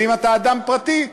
ואם אתה אדם פרטי,